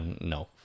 no